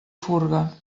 furga